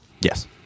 Yes